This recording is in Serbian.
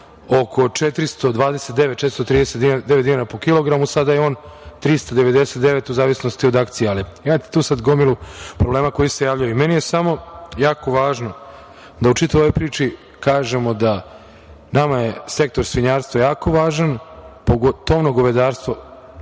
oko 429, 439 dinara po kilogramu, sada je on 399 dinara u zavisnosti od akcije. Imate tu sada gomilu problema koji se javljaju. Meni je samo jako važno da u čitavoj ovoj priči kažemo da, nama je sektor svinjarstva jako važan, pogotovu tovno govedarstvo